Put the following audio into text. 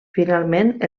finalment